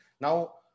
Now